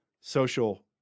social